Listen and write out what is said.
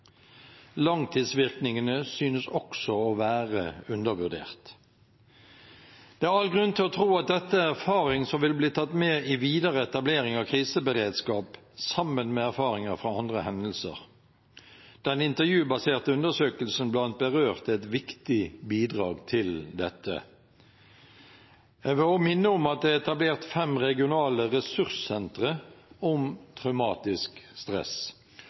Langtidsvirkningene synes også å være undervurdert. Det er all grunn til å tro at dette er erfaring som vil bli tatt med i videre etablering av kriseberedskap, sammen med erfaringer fra andre hendelser. Den intervjubaserte undersøkelsen blant berørte er et viktig bidrag til dette. Jeg vil også minne om at det er etablert fem regionale ressurssentre om traumatisk stress,